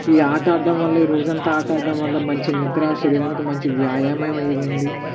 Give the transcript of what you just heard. ఈ ఆట ఆడడం వల్ల ఈ రోజు అంతా ఆట ఆడడం వల్ల మంచి నిద్ర శరీరానికి మంచి వ్యాయామం అయ్యేది అండీ